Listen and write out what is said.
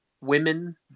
women